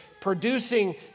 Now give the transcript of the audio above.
producing